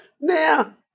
Now